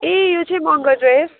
ए यो चाहिँ मगर ड्रेस